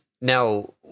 Now